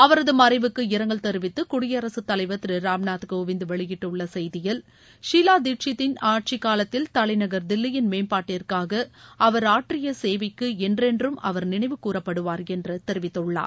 அவரது மறைவுக்கு இரங்கல் தெரிவித்து குடியரசுத் தலைவர் திரு ராம்நாத்கோவிந்த் வெளியிட்டுள்ள செய்தியில் ஷீலா தீட்சித் தின் ஆட்சி காலத்தில் தலைநகர் தில்லியின் மேம்பாட்டிற்காக அவர் ஆற்றிய சேவைக்கு என்றுறென்னும் அவர் நினைவு கூறப்படுவார் என்று தெரிவித்துள்ளார்